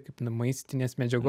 kaip nu maistinės medžiago